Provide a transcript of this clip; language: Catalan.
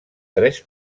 tres